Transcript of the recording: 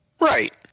Right